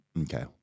okay